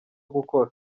gukora